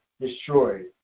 destroyed